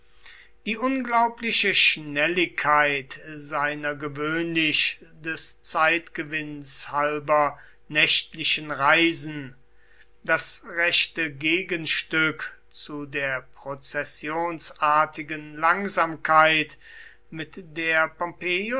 die unglaubliche schnelligkeit seiner gewöhnlich des zeitgewinns halber nächtlichen reisen das rechte gegenstück zu der prozessionsartigen langsamkeit mit der